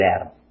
Adam